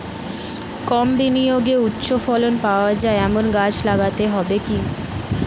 কম বিনিয়োগে উচ্চ ফলন পাওয়া যায় এমন গাছ লাগাতে হবে কি?